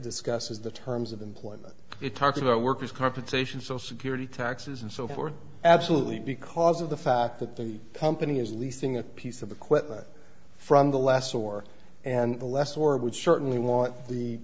discusses the terms of employment it talks about worker's compensation social security taxes and so forth absolutely because of the fact that the company is leasing a piece of equipment from the last war and less or would certainly want the